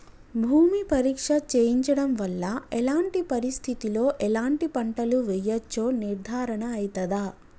భూమి పరీక్ష చేయించడం వల్ల ఎలాంటి పరిస్థితిలో ఎలాంటి పంటలు వేయచ్చో నిర్ధారణ అయితదా?